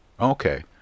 Okay